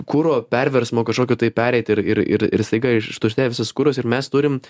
kuro perversmo kažkokių tai pereiti ir ir ir ir staiga ištuštinę visus karus ir mes turim